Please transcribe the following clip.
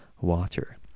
water